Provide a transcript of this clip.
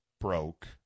broke